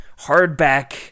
hardback